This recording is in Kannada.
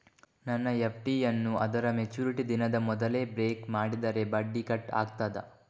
ನನ್ನ ಎಫ್.ಡಿ ಯನ್ನೂ ಅದರ ಮೆಚುರಿಟಿ ದಿನದ ಮೊದಲೇ ಬ್ರೇಕ್ ಮಾಡಿದರೆ ಬಡ್ಡಿ ಕಟ್ ಆಗ್ತದಾ?